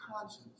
conscience